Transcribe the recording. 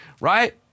Right